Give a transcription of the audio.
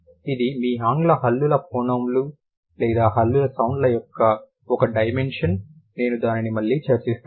ఇది మీ ఆంగ్ల హల్లుల ఫోనోములు లేదా హల్లుల సౌండ్ల యొక్క ఒక డైమెన్షన్ నేను దానిని మళ్లీ చర్చిస్తాను